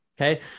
Okay